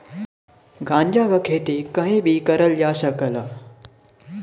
गांजा क खेती कहीं भी करल जा सकला